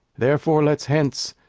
therefore, let's hence,